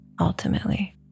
ultimately